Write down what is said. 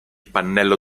pannello